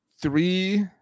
three